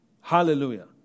Hallelujah